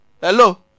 Hello